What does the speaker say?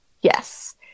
Yes